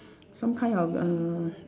some kind of err